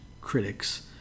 critics